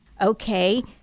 Okay